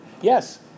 Yes